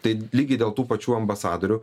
tai lygiai dėl tų pačių ambasadorių